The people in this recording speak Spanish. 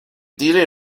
tiene